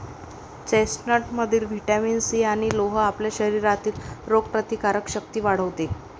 चेस्टनटमधील vitamin C आणि लोह आपल्या शरीरातील रोगप्रतिकारक शक्ती वाढवते